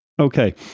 Okay